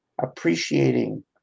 appreciating